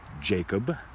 Jacob